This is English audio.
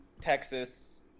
Texas